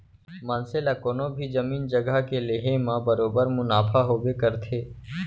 मनसे ला कोनों भी जमीन जघा के लेहे म बरोबर मुनाफा होबे करथे